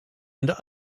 and